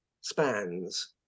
spans